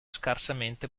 scarsamente